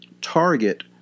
target